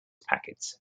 packets